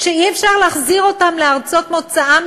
שאי-אפשר להחזיר אותם לארצות מוצאם,